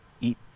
eat